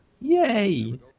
Yay